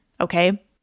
Okay